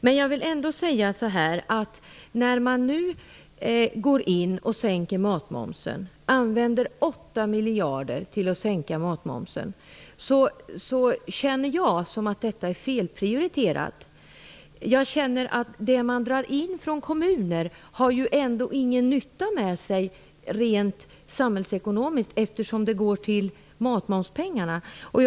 Men jag vill ändå säga att när man nu använder 8 miljarder kronor till att sänka matmomsen känner jag att detta är en felprioritering. Jag känner att det man drar in från kommuner ändå inte är till någon nytta rent samhällsekonomiskt, eftersom det går till finansiering av den sänkta matmomsen.